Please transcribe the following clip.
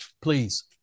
please